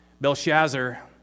Belshazzar